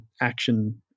action